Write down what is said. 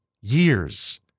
years